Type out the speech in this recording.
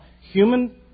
human